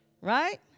Right